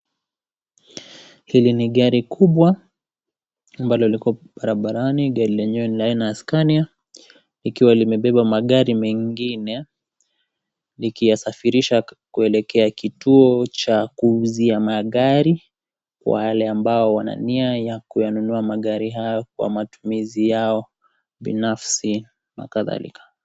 Hili ni gari kubwa ambalo liko barabarani, gari lenyewe ni aina la Scania likiwa limebeba magari mengine, rikiyasafirisha kuelekea kituo cha kuuzia magari kwa wale ambao wana nia ya kuyanunua magari hayo kwa matumizi yao binafsi na kadhalika.